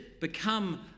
become